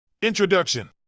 Introduction